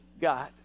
God